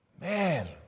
Man